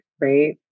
right